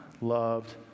loved